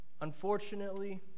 Unfortunately